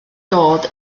dod